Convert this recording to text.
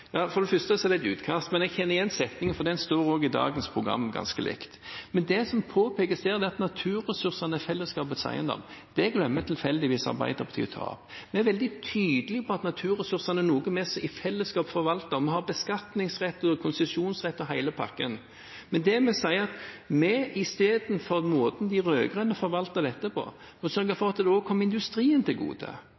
For det første er det et utkast, men jeg kjenner igjen setningen, for den står også i dagens program – ganske lik. Men det som påpekes der, er at naturressursene er fellesskapets eiendom. Det glemmer tilfeldigvis Arbeiderpartiet å ta opp. Vi er veldig tydelige på at naturressursene er noe vi i fellesskap forvalter, vi har beskatningsrett, konsesjonsrett og hele pakken. Men det vi sier, er at vi – istedenfor å gjøre det på den måten de rød-grønne forvalter dette på – må sørge for